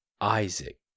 Isaac